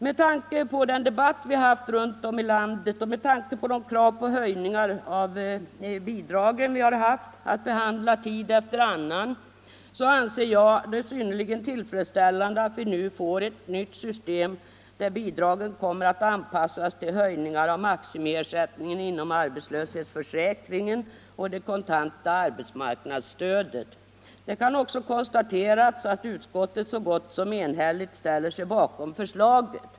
Med tanke på den debatt vi haft runt om i landet och med tanke på de krav på höjningar av bidragen som vi haft att behandla tid efter annan anser jag det synnerligen tillfredsställande att vi nu får ett nytt system, där bidragen kommer att anpassas till höjningar av maximiersättningen inom arbetslöshetsförsäkringen och det kontanta arbetsmarknadsstödet. Det kan också konstateras att utskottet så gott som enhälligt har ställt sig bakom förslaget.